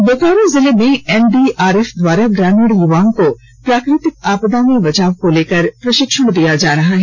में को बोकारो जिले एनडीआरएफ द्वारा ग्रामीण युवाओं प्राकृतिक आपदा में बचाव को लेकर प्रशिक्षण दिया जा रहा है